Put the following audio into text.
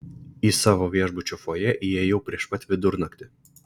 į savo viešbučio fojė įėjau prieš pat vidurnaktį